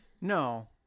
No